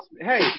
Hey